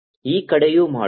ಈ ಕಡೆಯೂ ಮಾಡೋಣ